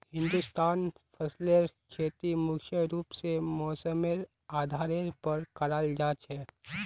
हिंदुस्तानत फसलेर खेती मुख्य रूप से मौसमेर आधारेर पर कराल जा छे